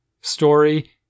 story